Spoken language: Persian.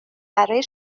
برای